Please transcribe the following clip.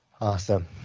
Awesome